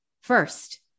first